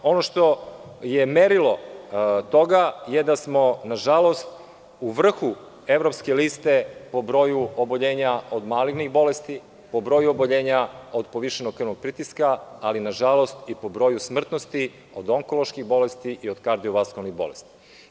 Ono što je merilo toga je da smo nažalost u vrhu evropske liste po broju oboljenja od malignih bolesti, po broju oboljenja od povišenog krvnog pritiska, ali nažalost i po broju smrtnosti od onkoloških bolesti i od kardiovaskularnih bolesti.